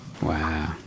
Wow